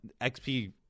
XP